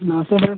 नमस्ते सर